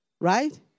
Right